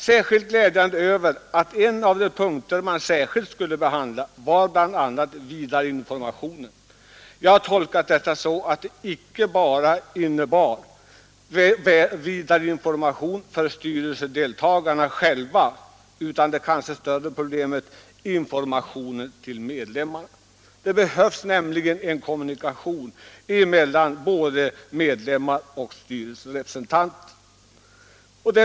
Särskilt glädjande är det väl att en av de punkter man i detta sammanhang särskilt skulle behandla var vidareinformationen. Jag har tolkat detta uttryck så att det icke bara innebär vidareinformation för styrelserepresentanterna själva utan också det kanske större problemet om informationen till medlemmarna. Det behövs nämligen en kommunikation mellan medlemmarna och styrelserepresentanterna.